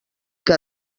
que